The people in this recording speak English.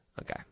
okay